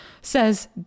says